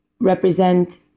represent